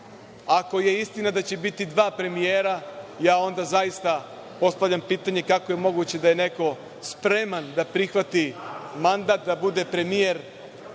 Ako je istina da će biti dva premijera, ja onda postavljam pitanje kako je moguće da je neko spreman da prihvati mandat da bude premijer